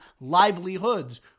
livelihoods